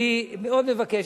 אני מאוד מבקש.